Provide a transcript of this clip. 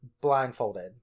blindfolded